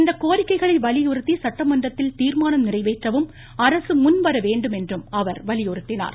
இந்த கோரிக்கைகளை வலியுறுத்தி சட்டமன்றத்தில் தீர்மானம் நிறைவேற்றவும் அரசு முன்வரவேண்டும் என்றும் அவர் வலியுறுத்தினார்